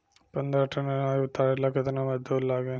पन्द्रह टन अनाज उतारे ला केतना मजदूर लागी?